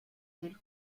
del